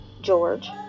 George